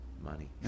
money